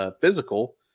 physical